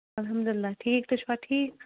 الحمدُ اللہ ٹھیٖک تُہۍ چھُوا ٹھیٖک